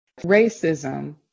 Racism